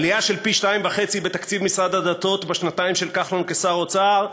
עלייה של פי-2.5 בתקציב המשרד לשירותי דת בשנתיים של כחלון כשר אוצר?